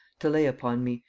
to lay upon me,